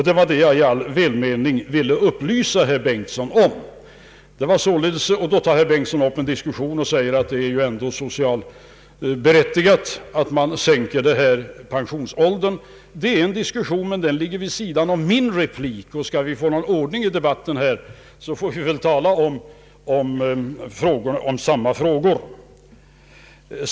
Det var det jag i all välmening ville upplysa herr Bengtson om förut. Då tog herr Bengtson upp en diskussion och menade att det ändå var socialt berättigat att sänka den allmänna pensionsåldern. Det finns mycket att säga om det, men det ligger vid sidan om min replik. Skall vi få någon ordning på debatten så får vi väl ändå lov att tala om samma frågor.